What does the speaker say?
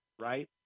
Right